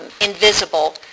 invisible